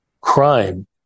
crime